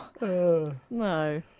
No